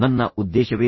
ನನ್ನ ಉದ್ದೇಶವೇನು